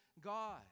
God